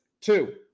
Two